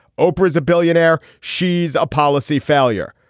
oprah is a billionaire. she's a policy failure.